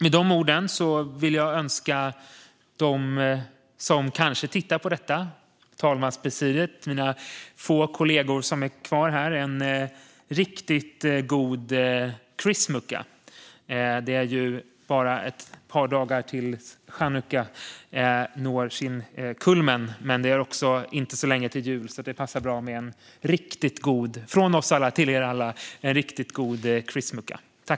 Med de orden vill jag önska dem som kanske tittar på detta, talmanspresidiet och de få kollegor som är kvar här en riktigt god chrismukkah. Det är ju bara ett par dagar tills chanukka når sin kulmen, och det är inte så långt till jul. Det passar alltså bra att säga: Från oss alla till er alla - en riktigt god chrismukkah!